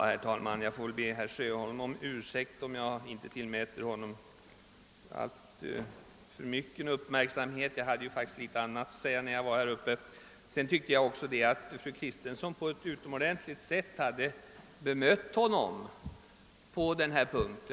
Herr talman! Jag får be herr Sjöhohn om ursäkt om jag inte gav honom alltför mycket uppmärksamhet. Jag hade faktiskt en del annat att säga i mitt förra anförande. Dessutom ansåg jag att fru Kristensson på ett utomordentligt sätt hade bemött honom på denna punkt.